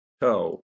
toe